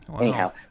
anyhow